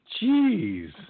Jeez